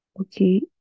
Okay